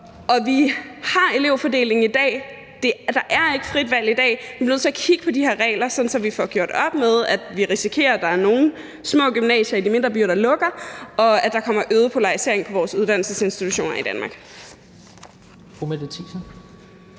Vi har elevfordeling i dag. Der er ikke frit valg i dag. Vi bliver nødt til at kigge på de her regler, så vi får gjort op med, at vi risikerer, at der er nogle små gymnasier i de mindre byer, der lukker, og at der kommer øget polarisering på vores uddannelsesinstitutioner i Danmark.